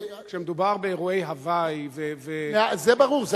כשמדובר באירועי הווי ופנאי, זה ברור.